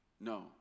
No